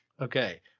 okay